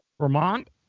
Vermont